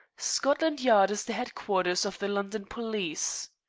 scotland yard is the headquarters of the london police.